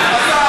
מוסד,